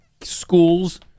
schools